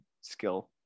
skill